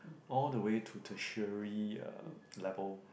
all the way to tertiary uh level